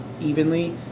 evenly